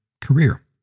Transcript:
career